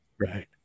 Right